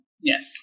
Yes